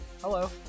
Hello